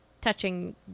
touching